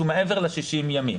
שהם מעבר ל-60 הימים.